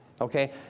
Okay